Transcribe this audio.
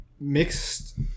mixed